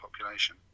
population